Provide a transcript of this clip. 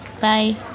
Bye